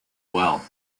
well